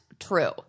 true